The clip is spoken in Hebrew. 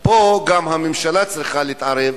פה גם הממשלה צריכה להתערב,